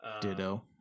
Ditto